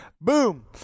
Boom